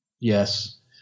yes